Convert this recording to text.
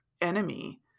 enemy